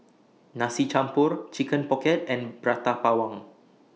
Nasi Campur Chicken Pocket and Prata Bawang